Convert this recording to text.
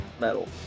metal